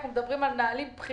אנחנו מדברים על מנהלים בכירים.